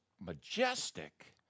majestic